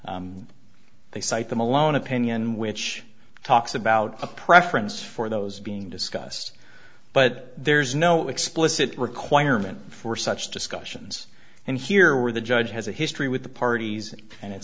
they cite them alone opinion which talks about a preference for those being discussed but there's no explicit requirement for such discussions and here where the judge has a history with the parties